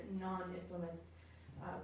non-Islamist